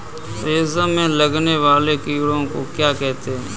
रेशम में लगने वाले कीड़े को क्या कहते हैं?